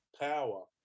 power